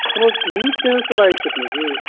कोनो news channel से बाजै छथिन की